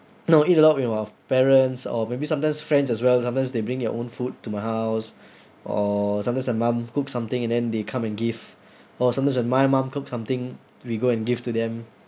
no eat a lot with my parents or maybe sometimes friends as well sometimes they bring their own food to my house or sometimes their mum cook something and then they come and give or sometimes when my mum cook something we go and give to them